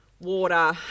water